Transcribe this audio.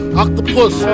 octopus